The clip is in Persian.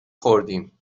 خوردیم